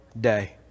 day